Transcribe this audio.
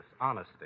honesty